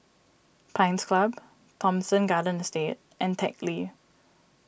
Pines Club Thomson Garden Estate and Teck Lee